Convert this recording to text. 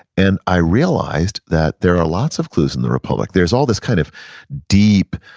and i realized that there are lots of clues in the republic. there's all this kind of deep,